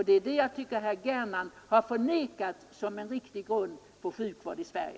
Det är detta jag tycker att herr Gernandt har förnekat såsom en riktig grund för sjukvården i Sverige.